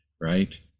right